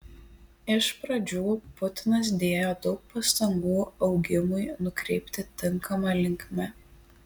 iš pradžių putinas dėjo daug pastangų augimui nukreipti tinkama linkme